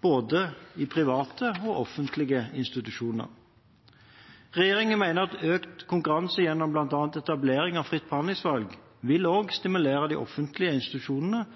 både i private og offentlige institusjoner. Regjeringen mener at økt konkurranse gjennom bl.a. etablering av fritt behandlingsvalg, også vil stimulere de offentlige institusjonene